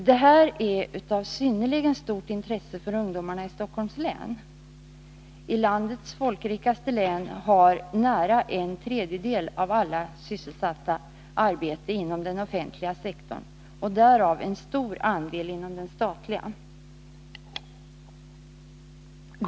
Det här är av synnerligen stort intresse för ungdomarna i Stockholms län. I landets folkrikaste län har nära en tredjedel av alla sysselsatta arbete inom den offentliga sektorn — och därav en stor andel inom den statliga sektorn.